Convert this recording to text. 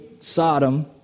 Sodom